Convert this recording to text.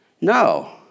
No